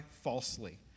falsely